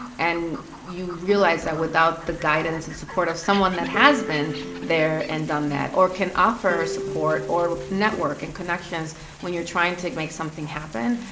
and you realize that without the guidance and support of someone that has been there and done that, or can offer support or network and connections when you're trying to make something happen,